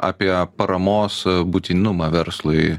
apie paramos būtinumą verslui